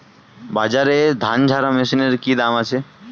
বাজারে ধান ঝারা মেশিনের কি দাম আছে?